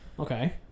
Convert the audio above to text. Okay